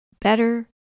Better